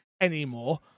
anymore